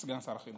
סגן שר החינוך.